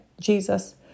Jesus